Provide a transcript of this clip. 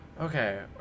Okay